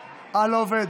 אה, לא עובד.